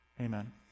amen